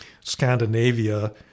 Scandinavia